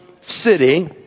city